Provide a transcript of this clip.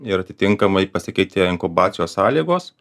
ir atitinkamai pasikeitė inkubacijos sąlygos